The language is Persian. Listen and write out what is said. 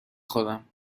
خورم